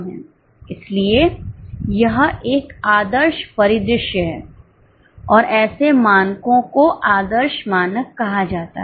इसलिए यह एक आदर्श परिदृश्य है और ऐसे मानकों को आदर्श मानक कहा जाता है